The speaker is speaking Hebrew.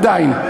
עדיין,